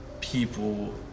people